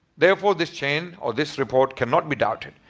therefore this chain or this report cannot be doubted.